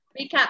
recap